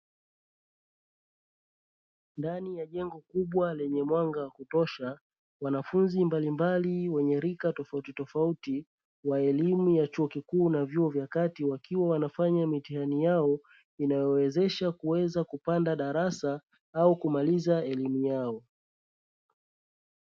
Ndani ya jengo kubwa lenye mwanga wa kutosha wanafunzi mbali mbali wenye rika tofauti tofauti wa elimu ya chuo kikuu na vyuo vya kati, wakiwa wanafanya mitihani yao inayo wawezesha kuweza kupanda darasa au kumaliza elimu yao.